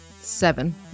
Seven